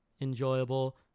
enjoyable